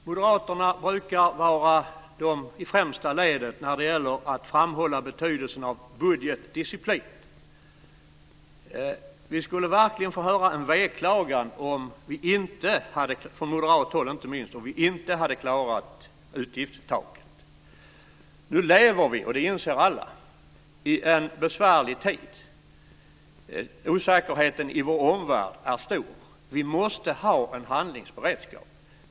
Fru talman! Moderaterna brukar stå i främsta ledet när det gäller att framhålla betydelsen av budgetdisciplin. Vi skulle verkligen få höra en veklagan, från moderat håll inte minst, om vi inte hade klarat utgiftstaket. Nu lever vi i en besvärlig tid; det inser alla. Osäkerheten i vår omvärld är stor. Vi måste ha en handlingsberedskap.